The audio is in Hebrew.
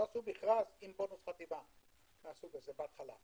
לא עשו מכרז עם בונוס חתימה מהסוג הזה בהתחלה.